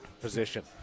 position